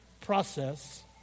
process